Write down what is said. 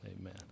Amen